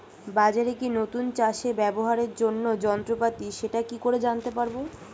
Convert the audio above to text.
বাজারে কি নতুন চাষে ব্যবহারের জন্য যন্ত্রপাতি সেটা কি করে জানতে পারব?